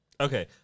Okay